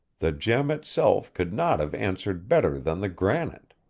the gem itself could not have answered better than the granite.